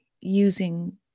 using